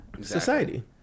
Society